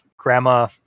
Grandma